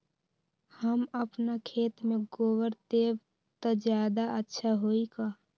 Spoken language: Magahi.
हम अपना खेत में गोबर देब त ज्यादा अच्छा होई का?